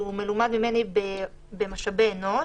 שהוא מלומד ממני במשאבי אנוש,